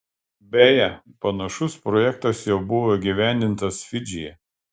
beje panašus projektas jau buvo įgyvendintas fidžyje